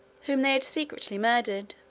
whom they had secretly murdered